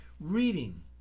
reading